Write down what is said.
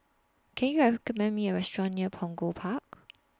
Can YOU recommend Me A Restaurant near Punggol Park